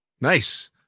Nice